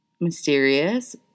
mysterious